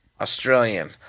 Australian